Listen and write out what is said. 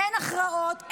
אין הכרעות.